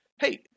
hey